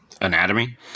Anatomy